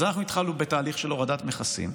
אז אנחנו התחלנו בתהליך של הורדת מכסים,